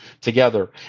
together